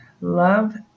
love